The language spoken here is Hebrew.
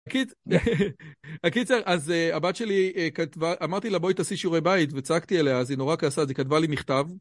הקיצר אז הבת שלי כתבה, אמרתי לה בואי תעשי שיעורי בית וצעקתי עליה אז היא נורא כעסה וכתבה לי מכתב.